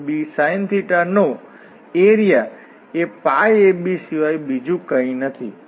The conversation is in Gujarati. તો આપણે πab મેળવીશું જે આ એક મૂળભૂત પરિણામ છે કે આ ઇલિપ્સ xacos ybsin નો એરિયા એ πab સિવાય બીજું કંઈ નથી